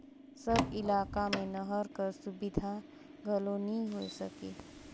सब इलाका मे नहर कर सुबिधा घलो नी होए सके